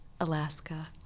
Alaska